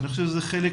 אני חושב שזה חלק